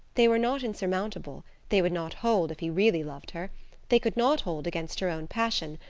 they were not insurmountable they would not hold if he really loved her they could not hold against her own passion,